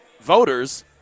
voters